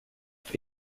est